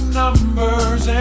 numbers